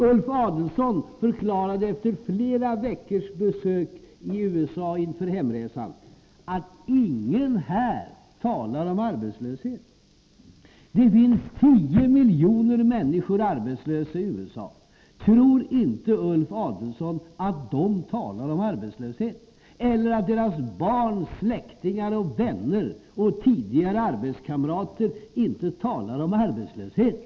Ulf Adelsohn förklarade inför hemresan efter flera veckors besök i USA: Ingen här talar om arbetslöshet. Det finns 10 miljoner arbetslösa människor i USA. Tror inte Ulf Adelsohn att de talar om arbetslösheten? Eller att deras barn, släktingar och vänner och tidigare arbetskamrater inte talar om arbetslösheten?